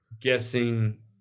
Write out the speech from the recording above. Guessing